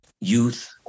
Youth